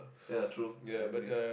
ya true I agree